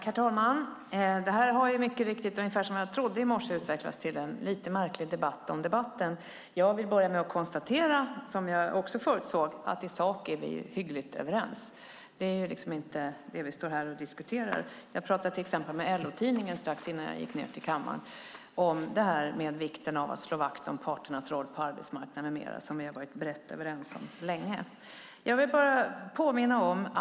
Herr talman! Ungefär som jag trodde i morse har debatten utvecklats till en lite märklig debatt om debatten. Jag vill börja med att konstatera att vi - vilket jag också förutsåg - i sak är hyggligt överens. Det är liksom inte det vi står här och diskuterar. Strax innan jag gick till kammaren pratade jag till exempel med LO-tidningen om vikten av att slå vakt om parternas roll på arbetsmarknaden och annat, som vi har varit brett överens om länge.